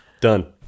Done